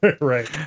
Right